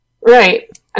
right